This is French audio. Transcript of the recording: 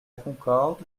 concorde